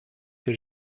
que